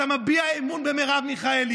אתה מביע אמון במרב מיכאלי.